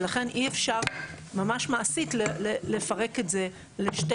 ולכן אי אפשר ממש מעשית לפרק את זה לשתי